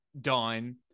done